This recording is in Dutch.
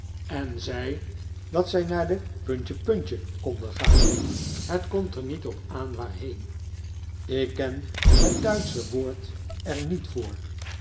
en zei dat zij naar de konden gaan het komt er niet op aan waarheen ik ken het duitsche woord er niet voor